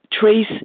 trace